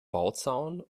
bauzaun